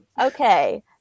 Okay